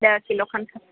ॾह किलो खनि खपनि